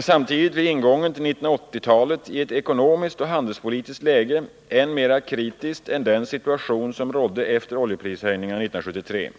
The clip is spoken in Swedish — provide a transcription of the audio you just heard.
samtidigt vid ingången till 1980-talet i ett ekonomiskt och handelspolitiskt läge än mer kritiskt än den situation som rådde efter oljeprishöjningarna 1973.